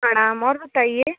प्रणाम और बताइए